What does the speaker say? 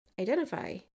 identify